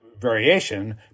variation